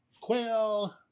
Quail